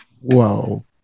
Whoa